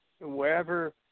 wherever